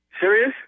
Serious